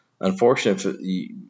Unfortunately